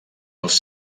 els